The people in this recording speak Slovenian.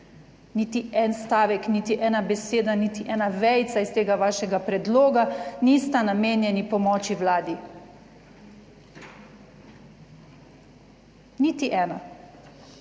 Niti en stavek, niti ena beseda, niti ena vejica iz tega vašega predloga nista namenjeni pomoči Vladi. Niti ena,